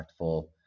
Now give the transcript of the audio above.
impactful